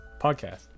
podcast